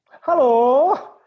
Hello